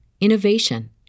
innovation